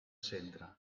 centre